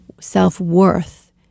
self-worth